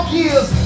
years